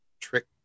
trick